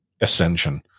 ascension